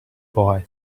boy